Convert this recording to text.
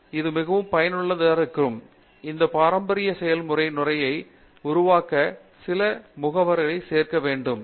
மூர்த்தி இது மிகவும் பயனுள்ளதாக இருக்கும் இந்த பாரம்பரிய செயல்முறை நுரையை உருவாக்க சில முகவரை சேர்க்க வேண்டும்